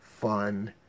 fun